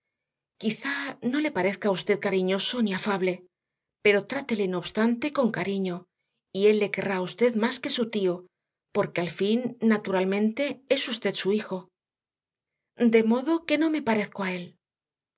quizá no le parezca a usted cariñoso ni afable pero trátele no obstante con cariño y él le querrá a usted más que su tío porque al fin naturalmente es usted su hijo de modo que no me parezco a él